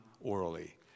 orally